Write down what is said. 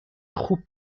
خوب